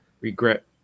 regret